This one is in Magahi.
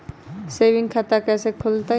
सेविंग खाता कैसे खुलतई?